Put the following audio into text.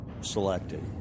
selected